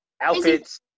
outfits